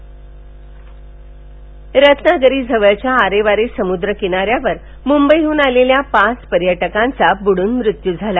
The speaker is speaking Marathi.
पर्यटक बुडाले रत्नागिरीजवळच्या आरे वारे समुद्रकिनाऱ्यावर मुंबईतून आलेल्या पाच पर्यटकांचा बुडून मृत्यू झाला